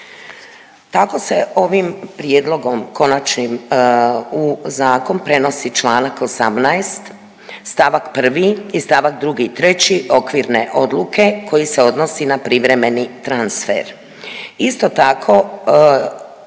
Kako se ovim prijedlogom konačnim u zakon prenosi članak 18. stavak 1. i stavak 2. i 3. okvirne odluke koji se odnosi na privremeni transfer.